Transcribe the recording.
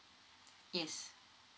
yes